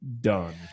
done